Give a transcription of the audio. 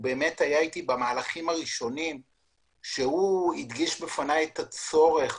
הוא היה אתי במהלכים הראשונים והדגיש בפני את הצורך